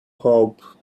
hope